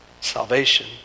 salvation